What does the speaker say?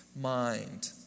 mind